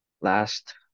Last